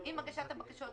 עם הגעת הבקשות,